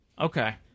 Okay